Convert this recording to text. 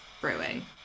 brewing